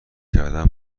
کردن